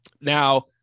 Now